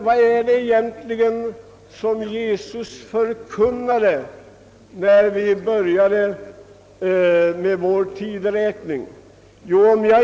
Vad var det egentligen Jesus förkunnade en gång vid vår tideräknings början?